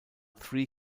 three